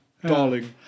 Darling